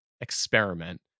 experiment